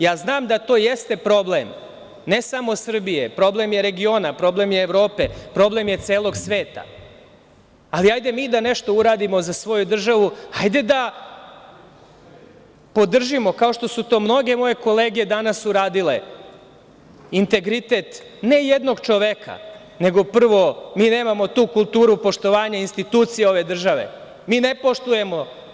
Ja znam da to jeste problem ne samo Srbije, problem je regiona, problem je Evrope, problem je celog sveta, ali hajde mi da nešto uradimo za svoju državu, hajde da podržimo, kao što su to mnoge moje kolege danas uradile, integritet ne jednog čoveka, nego prvo mi nemamo tu kulturu poštovanja institucija ove države, mi ne poštujemo.